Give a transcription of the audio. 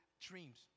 dreams